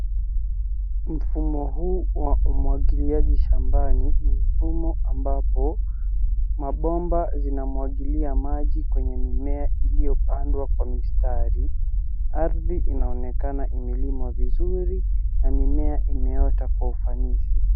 Mfumo huu wa umwagiliaji shambani. Mfumo ambapo mabomba zinamwagilia maji kwenye mimea iliyopandwa kwa mistari. Ardhi inaonekana imelimwa vizuri na mimea imeota kwa ufanisi.